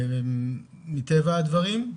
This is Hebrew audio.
מטבע הדברים,